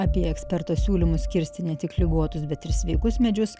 apie ekspertų siūlymus kirsti ne tik ligotus bet ir sveikus medžius